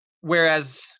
whereas